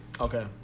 Okay